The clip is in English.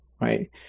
right